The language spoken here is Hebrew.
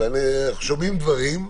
ואנחנו שומעים דברים.